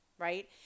Right